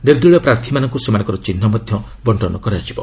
ନିର୍ଦ୍ଦଳୀୟ ପ୍ରାର୍ଥୀମାନଙ୍କୁ ସେମାନଙ୍କ ଚିହ୍ନ ମଧ୍ୟ ବଙ୍କନ କରାଯିବ